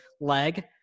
leg